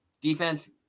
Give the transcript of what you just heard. defense